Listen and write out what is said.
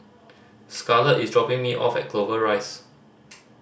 Scarlet is dropping me off at Clover Rise